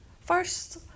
First